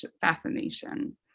fascination